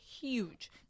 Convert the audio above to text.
huge